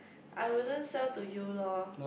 I wouldn't sell to you loh